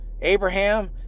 abraham